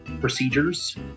procedures